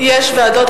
יש ועדות,